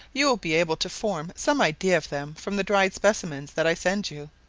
you will be able to form some idea of them from the dried specimens that i send you.